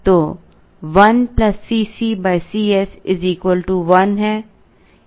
तो 1 Cc Cs 1 है